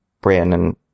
Brandon